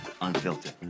unfiltered